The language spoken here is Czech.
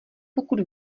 pokud